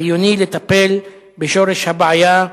חיוני לטפל בשורש הבעיה.